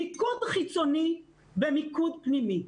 מיקוד חיצוני ומיקוד פנימי.